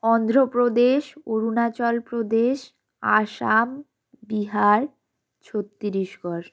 Andhra Pradesh Arunachal Pradesh Assam Bihar Chhattisgarh